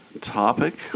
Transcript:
topic